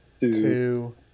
two